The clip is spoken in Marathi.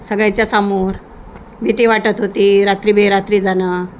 सगळ्यांच्या समोर भीती वाटत होती रात्री बेरात्री जाणं